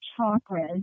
chakras